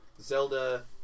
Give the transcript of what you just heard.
Zelda